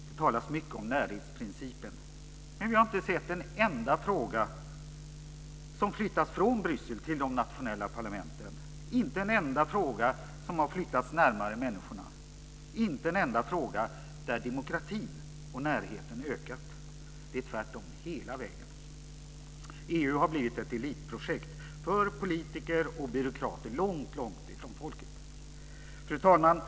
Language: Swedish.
Det talas mycket om närhetsprincipen, men vi har inte sett en enda fråga som har flyttats från Bryssel till de nationella parlamenten. Inte en enda fråga har flyttats närmare människorna. Inte i en enda fråga har demokratin och närheten ökat. Det är tvärtom hela vägen. EU har blivit ett elitprojekt för politiker och byråkrater långt från folket. Fru talman!